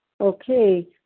Okay